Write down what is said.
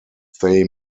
they